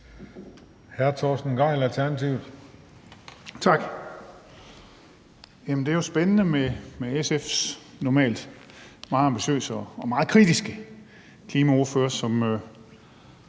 det er jo spændende med SF's normalt meget ambitiøse og meget kritiske klimaordfører som